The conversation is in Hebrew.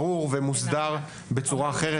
ברור ומוסדר בצורה אחרת,